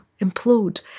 implode